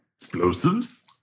Explosives